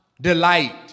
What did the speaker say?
delight